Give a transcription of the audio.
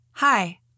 Hi